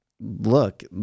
look